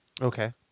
Okay